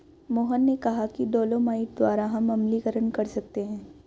मोहन ने कहा कि डोलोमाइट द्वारा हम अम्लीकरण कर सकते हैं